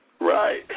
Right